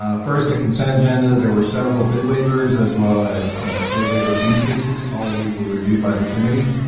ah first, consent agenda there were several bid waivers as well as bid waiver increases all of these were reviewed by the committee.